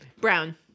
Brown